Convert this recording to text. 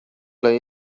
lei